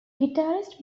guitarist